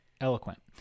eloquent